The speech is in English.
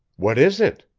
what is it?